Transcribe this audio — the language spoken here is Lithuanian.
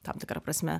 tam tikra prasme